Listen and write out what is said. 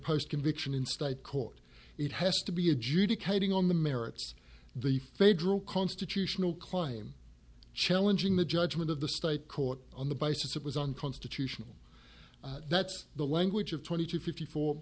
post conviction in state court it has to be adjudicating on the merits the federal constitutional claim challenging the judgment of the state court on the basis it was unconstitutional that's the language of twenty two fifty four